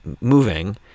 moving